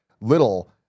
little